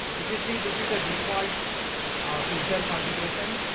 if you see this is the default ah filter configuration.